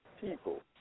people